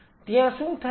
ત્યાં શું થાય છે